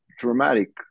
Dramatic